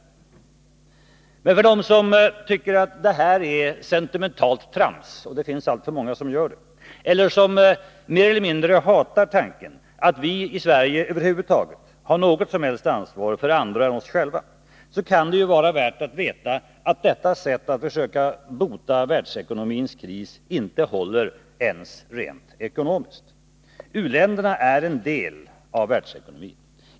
Men för dem som tycker att detta är sentimentalt trams — och det finns alltså många som gör det — eller som mer eller mindre hatar tanken att vi i Sverige över huvud taget har något ansvar för andra än oss själva, kan det vara värt att veta att detta sätt att försöka bota världsekonomins kris inte håller ens rent ekonomiskt. U-länderna är en del av världsekonomin.